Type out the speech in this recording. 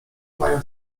mają